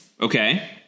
okay